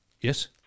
Yes